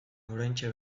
oraintxe